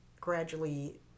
gradually